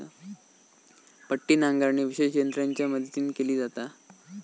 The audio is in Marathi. पट्टी नांगरणी विशेष यंत्रांच्या मदतीन केली जाता